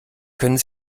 können